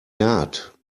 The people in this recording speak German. naht